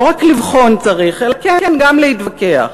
לא רק לבחון צריך אלא כן, גם להתווכח,